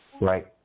Right